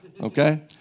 okay